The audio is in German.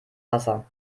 wasser